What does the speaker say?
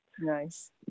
nice